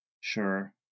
Sure